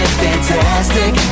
fantastic